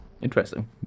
Interesting